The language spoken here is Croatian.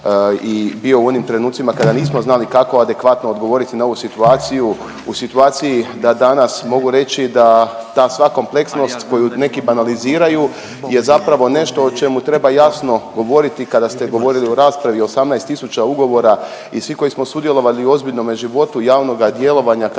i bio u onim trenucima kada nismo znali kako adekvatno odgovoriti na ovu situaciju, u situaciji da danas mogu reći da ta sva kompleksnost koju neki banaliziraju je zapravo nešto o čemu treba jasno govoriti kada ste govorili u raspravi o 18 tisuća ugovora i svi koji smo sudjelovali u ozbiljnome životu javnoga djelovanja kada